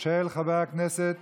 של חבר הכנסת